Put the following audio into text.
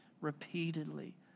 repeatedly